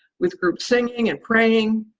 with group singing and praying,